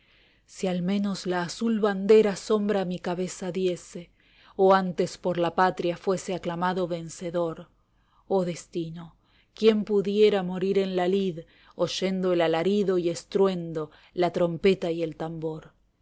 si al menos la azul bandera sombra a mi cabeza diese o antes por la patria fuese aclamado vencedor oh destino quien pudiera morir en la lid oyendo el alarido y estruendo la trombeta y atambor